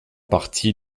partie